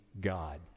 God